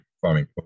farming